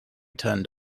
turned